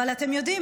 אבל אתם יודעים,